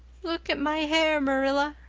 look at my hair, marilla,